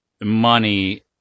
money